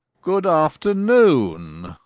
good afternoon,